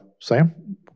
Sam